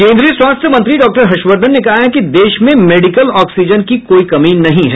केंद्रीय स्वास्थ्य मंत्री डॉक्टर हर्षवर्धन ने कहा है कि देश में मेडिकल ऑक्सीजन की कोई कमी नहीं है